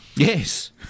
Yes